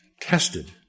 tested